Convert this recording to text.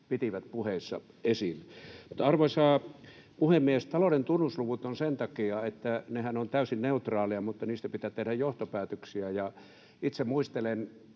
pitivät puheissaan esillä. Arvoisa puhemies! Talouden tunnusluvut ovat sen takia, että nehän ovat täysin neutraaleja, mutta niistä pitää tehdä johtopäätöksiä. Itse muistelen,